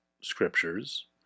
scriptures